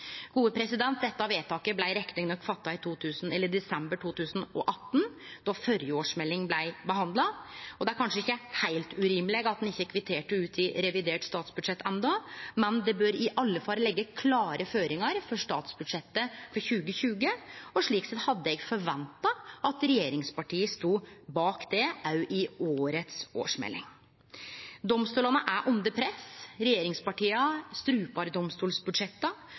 Dette vedtaket blei riktig nok fatta i desember 2018, då den førre årsmeldinga blei behandla, og det er kanskje ikkje heilt urimeleg at ein ikkje har kvittert det ut i revidert budsjett ennå, men det bør i alle fall leggje klare føringar for statsbudsjettet for 2020. Slik sett hadde eg forventa at regjeringspartia stod bak det også i årets årsmelding. Domstolane er under press. Regjeringspartia strupar